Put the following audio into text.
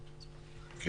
אני